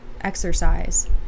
exercise